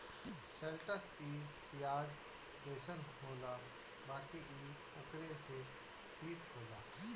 शैलटस इ पियाज जइसन होला बाकि इ ओकरो से तीत होला